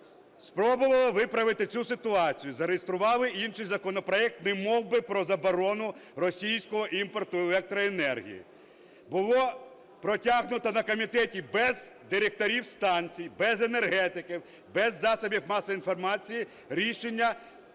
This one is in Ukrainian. Спробували виправити цю ситуацію, зареєстрували інший законопроект, немовби про заборону російського імпорту електроенергії. Було протягнуто на комітеті без директорів станцій, без енергетиків, без засобів масової інформації рішення